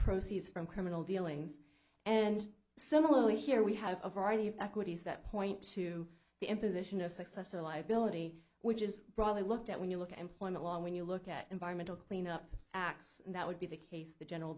proceeds from criminal dealings and so here we have a variety of equities that point to the imposition of success or liability which is broadly looked at when you look at employment law when you look at environmental cleanup acts that would be the case the general